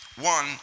one